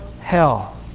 hell